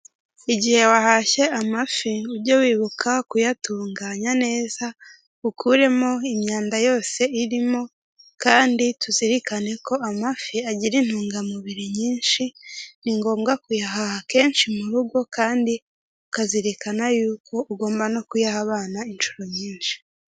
igihe wahashye amafi ujye wibuka kuyatunganya neza ukuremo imyanda yose irimo kandi tuzirikane ko amafi agira intungamubiri nyinshi ni ngombwa kuyahaha kenshi mu rugo kandi ukazirikana yuko ugomba no kuyaha abana inshuro nyinshi.